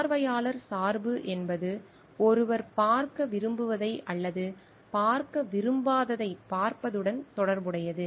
பார்வையாளர் சார்பு என்பது ஒருவர் பார்க்க விரும்புவதை அல்லது பார்க்க விரும்பாததை பார்ப்பதுடன் தொடர்புடையது